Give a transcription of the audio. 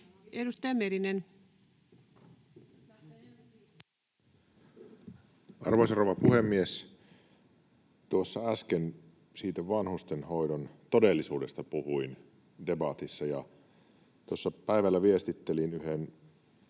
Content: Arvoisa rouva puhemies! Tuossa äsken siitä vanhustenhoidon todellisuudesta puhuin debatissa, ja tuossa päivällä viestittelin yhden